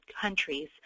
countries